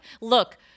look